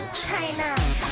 China